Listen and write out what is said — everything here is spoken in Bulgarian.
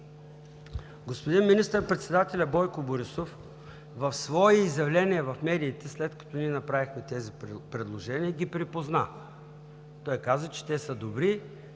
господин министър-председателят Бойко Борисов в свое изявление в медиите, след като ние направихме тези предложения, ги припозна. Той каза, че те са добри,